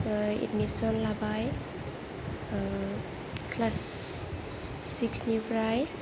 बेवहाय एदमिसन लाबाय class six निफ्राय